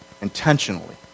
intentionally